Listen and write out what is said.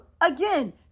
again